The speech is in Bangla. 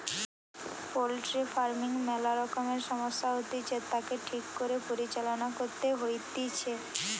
পোল্ট্রি ফার্মিং ম্যালা রকমের সমস্যা হতিছে, তাকে ঠিক করে পরিচালনা করতে হইতিছে